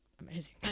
amazing